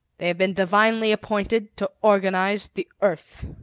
they have been divinely appointed to organize the earth.